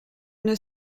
une